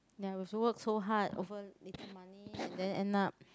ya we have to work so hard over little money and then end up